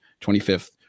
25th